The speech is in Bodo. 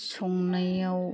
संनायाव